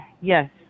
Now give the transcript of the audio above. Yes